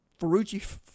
Ferrucci